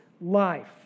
life